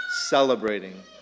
celebrating